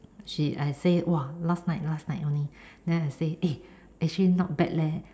she I say !wah! last night last night only then I say eh actually not bad leh